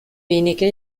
wenige